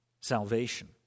salvation